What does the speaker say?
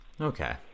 Okay